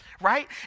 right